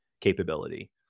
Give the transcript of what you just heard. capability